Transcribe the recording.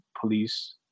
police